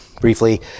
briefly